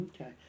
Okay